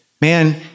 man